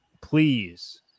please